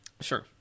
sure